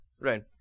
Right